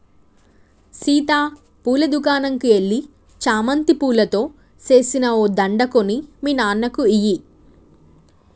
సీత పూల దుకనంకు ఎల్లి చామంతి పూలతో సేసిన ఓ దండ కొని మీ నాన్నకి ఇయ్యి